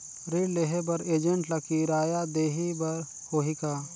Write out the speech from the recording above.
ऋण देहे बर एजेंट ला किराया देही बर होही का?